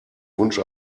wunsch